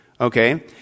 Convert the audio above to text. okay